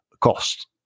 cost